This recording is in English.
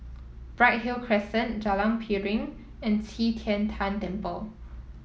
Bright Hill Crescent Jalan Piring and Qi Tian Tan Temple